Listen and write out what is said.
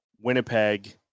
Winnipeg